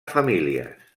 famílies